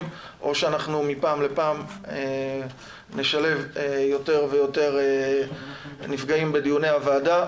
או שאנחנו מפעם לפעם נשלב יותר ויותר נפגעים בדיוני הוועדה.